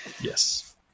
Yes